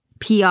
PR